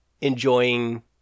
enjoying